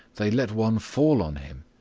they let one fall on him.